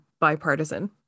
bipartisan